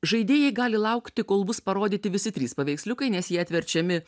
žaidėjai gali laukti kol bus parodyti visi trys paveiksliukai nes jie atverčiami